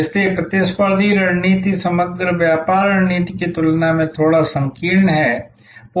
इसलिए प्रतिस्पर्धी रणनीति समग्र व्यापार रणनीति की तुलना में थोड़ा संकीर्ण है